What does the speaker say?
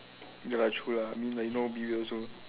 ya lah true lah I mean you know me also